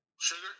sugar